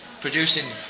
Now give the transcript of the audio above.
producing